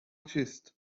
چیست